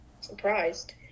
surprised